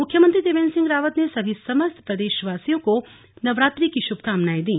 मुख्यमंत्री त्रिवेन्द्र सिंह रावत ने भी समस्त प्रदेश वासियो को नवरात्रि की शुभकामनाएँ दी